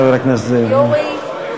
חבר הכנסת זאב.